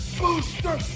booster